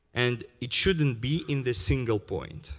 and it shouldn't be in the single point.